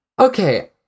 Okay